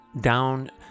down